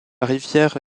rivière